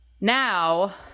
now